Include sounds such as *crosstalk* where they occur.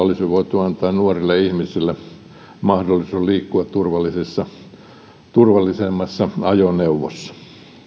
*unintelligible* olisi voitu antaa nuorille ihmisille mahdollisuus liikkua turvallisemmassa ajoneuvossa